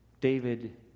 David